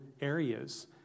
areas